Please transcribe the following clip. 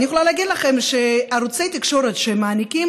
אני יכולה להגיד לכם שערוצי תקשורת שמעניקים